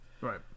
right